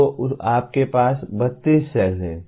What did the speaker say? तो आपके पास 32 सेल हैं